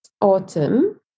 autumn